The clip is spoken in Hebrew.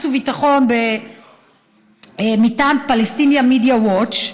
וביטחון מטעם Palestinian Media Watch,